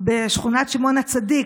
בשכונת שמעון הצדיק,